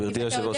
גברתי היושבת-ראש,